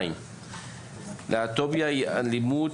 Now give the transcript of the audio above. להט"בופוביה היא אלימות,